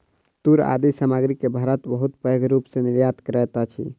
तूर आदि सामग्री के भारत बहुत पैघ रूप सॅ निर्यात करैत अछि